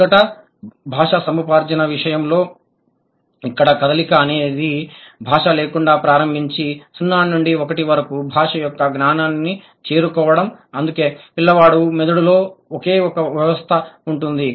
మొదటి భాషా సముపార్జన విషయంలో ఇక్కడ కదలిక అనేది భాష లేకుండా ప్రారంభించి 0 నుండి 1 వరకు భాష యొక్క జ్ఞానాన్ని చేరుకోవడం అందుకే పిల్లవాడి మెదడులో ఒకే ఒక వ్యవస్థ ఉంటుంది